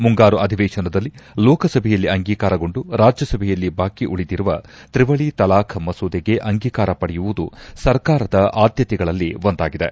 ಮುಂಗಾರು ಅಧಿವೇತನದಲ್ಲಿ ಲೋಕಸಭೆಯಲ್ಲಿ ಅಂಗೀಕಾರಗೊಂಡು ರಾಜ್ಯಸಭೆಯಲ್ಲಿ ಬಾಕಿ ಉಳಿದಿರುವ ತ್ರಿವಳಿ ತಲಾಖ್ ಮಸೂದೆಗೆ ಅಂಗೀಕಾರ ಪಡೆಯುವುದು ಸರ್ಕಾರದ ಆದ್ಯತೆಗಳಲ್ಲಿ ಒಂದಾಗಿದೆ